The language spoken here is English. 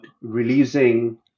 releasing